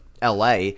LA